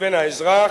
לבין האזרח,